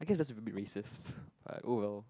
I guess that's a bit racist but oh well